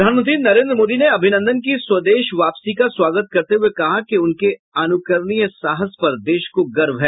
प्रधानमंत्री नरेन्द्र मोदी ने अभिनंदन की स्वदेश वापसी का स्वागत करते हुए कहा कि उनके अनुकरणीय साहस पर देश को गर्व है